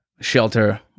shelter